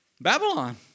Babylon